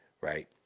right